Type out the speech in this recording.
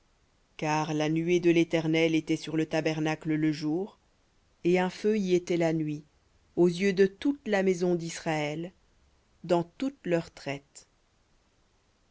car la nuée de l'éternel était sur le tabernacle le jour et un feu y était la nuit aux yeux de toute la maison d'israël dans toutes leurs traites